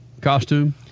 costume